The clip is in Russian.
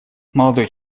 молодой